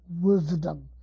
wisdom